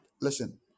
Listen